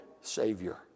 Savior